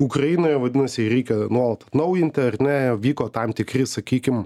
ukrainoje vadinasi jį reikia nuolat atnaujinti ar ne vyko tam tikri sakykim